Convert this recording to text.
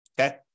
Okay